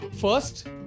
First